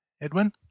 Edwin